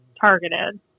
targeted